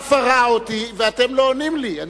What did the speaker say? נפאע ראה אותי, ואתם לא עונים לי.